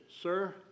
Sir